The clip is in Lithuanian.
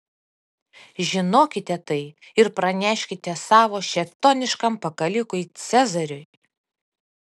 žinokite tai ir praneškite savo šėtoniškam pakalikui cezariui